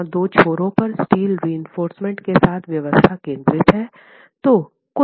यहां दो छोरों पर स्टील रिइंफोर्समेन्ट के साथ व्यवस्था केंद्रित है